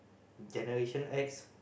Generation-X